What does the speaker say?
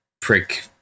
prick